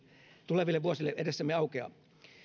tuleville vuosille edessämme aukeaa